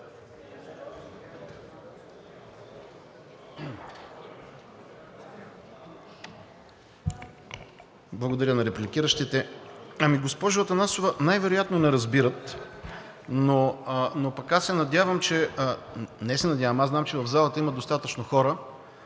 Благодаря на репликиращите. Госпожо Атанасова, най-вероятно не разбират, но пък аз се надявам, не се надявам, аз знам, че в залата има достатъчно хора